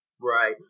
Right